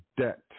debt